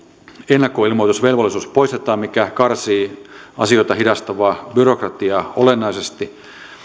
ennakkoilmoitusvelvollisuus poistetaan mikä karsii asioita hidastavaa byrokratiaa olennaisesti